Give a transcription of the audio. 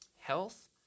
Health